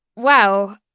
Wow